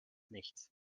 nichts